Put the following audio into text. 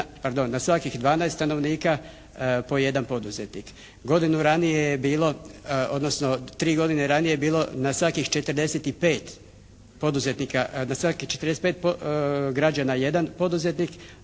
na svakih 12 stanovnika po jedan poduzetnik. Godinu ranije je bilo odnosno tri godine ranije je bilo na svakih 45 poduzetnika, na svakih 45 građana jedan poduzetnik,